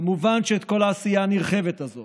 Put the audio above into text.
כמובן שאת כל העשייה הנרחבת הזאת